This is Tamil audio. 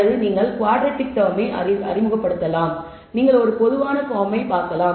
அல்லது நீங்கள் குவாட்ரடிக் டெர்மை அறிமுகப்படுத்தலாம் நீங்கள் ஒரு பொதுவான ஃபார்மை பார்க்கலாம்